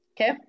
okay